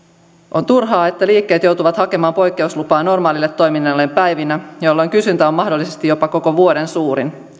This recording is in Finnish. on turhaa että liikkeet joutuvat hakemaan poikkeuslupaa normaalille toiminnalleen päivinä jolloin kysyntä on mahdollisesti jopa koko vuoden suurin